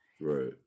Right